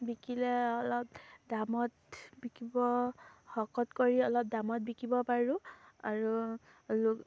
বিকিলে অলপ দামত বিকিব শকত কৰি অলপ দামত বিকিব পাৰোঁ আৰু